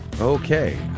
Okay